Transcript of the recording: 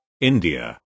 India